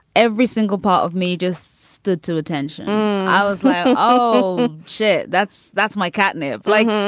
every single part of me just stood to attention i was like, oh, shit. that's that's my catnip. like,